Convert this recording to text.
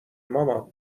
مامان